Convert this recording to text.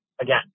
again